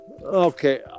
Okay